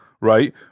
right